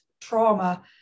trauma